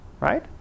right